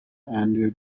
andrew